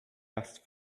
asked